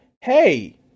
hey